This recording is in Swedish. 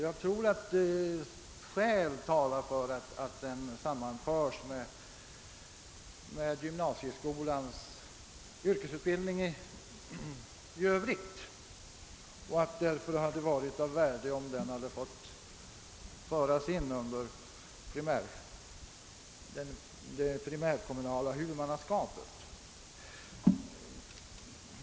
Jag tror att skäl talar för att den sammanförs med gymnasieskolans yrkesutbildning i övrigt och att det därför hade varit bättre om den hade fått föras in under det primärkommunala huvudmannaskapet.